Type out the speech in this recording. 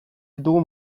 ditugu